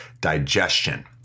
digestion